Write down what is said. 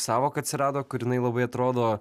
sąvoka atsirado kur jinai labai atrodo